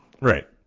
Right